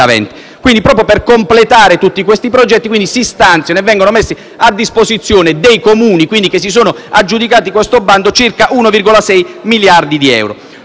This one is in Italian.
2014-2020. Per completare tutti questi progetti, si stanziano quindi e vengono messi a disposizione dei Comuni che si sono aggiudicati questo bando circa 1,6 miliardi di euro.